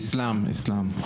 איסלאם עאזם.